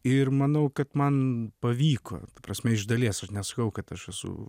ir manau kad man pavyko ta prasme iš dalies aš nesakau kad aš esu